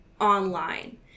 online